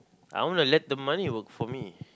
I wanna let the money work for me